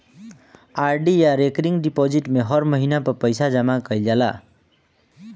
RD या recurring deposit में हर महिना पअ पईसा जमा कईल जाला